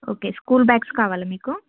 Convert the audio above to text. okay school bags కావాలా మీకు